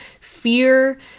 fear